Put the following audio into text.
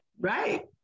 Right